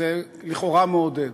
וזה לכאורה מעודד.